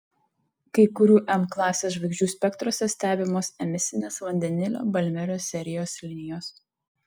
kai kurių m klasės žvaigždžių spektruose stebimos emisinės vandenilio balmerio serijos linijos